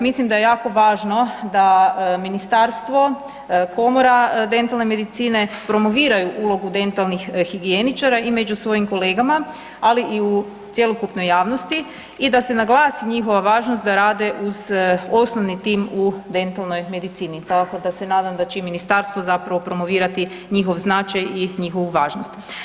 Mislim da je jako važno da ministarstvo, Komora dentalne medicine promoviraju ulogu dentalnih higijeničara i među svojim kolegama, ali i u cjelokupnoj javnosti i da se naglasi njihova važnost da rade uz osnovni tim u dentalnoj medicini, tako da se nadam da će i ministarstvo zapravo promovirati njihov značaj i njihovu važnost.